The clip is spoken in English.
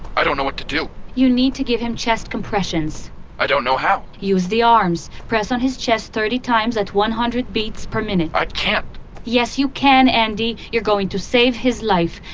i don't know what to dokeila you need to give him chest compressions i don't know how use the arms. press on his chest thirty times at one hundred beats per minute i can't yes you can, andi! you're going to save his life.